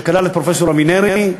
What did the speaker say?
שכלל את פרופסור אבינרי,